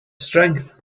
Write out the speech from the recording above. strength